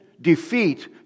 defeat